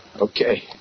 Okay